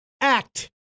act